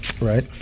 Right